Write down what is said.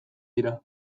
dira